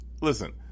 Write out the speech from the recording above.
Listen